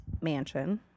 mansion